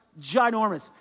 ginormous